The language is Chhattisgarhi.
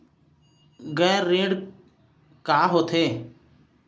गैर ऋण का होथे?